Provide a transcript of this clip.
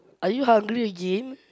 are you hungry again